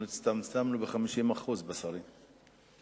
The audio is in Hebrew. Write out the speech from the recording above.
אנחנו הצטמצמנו ב-50% בשרים.